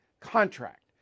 contract